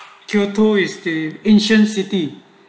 kyoto is the ancient city